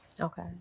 Okay